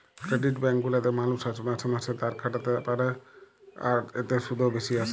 credit bank গুলাতে মালুষ মাসে মাসে তাকাখাটাতে পারে, আর এতে শুধ ও বেশি আসে